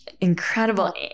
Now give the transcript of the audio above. Incredible